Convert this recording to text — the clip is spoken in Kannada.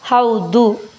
ಹೌದು